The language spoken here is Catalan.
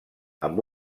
amb